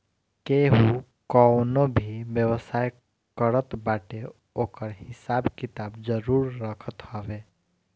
केहू कवनो भी व्यवसाय करत बाटे ओकर हिसाब किताब जरुर रखत हवे